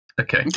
Okay